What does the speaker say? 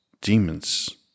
demons